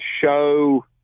show –